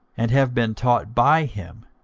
and have been taught by him,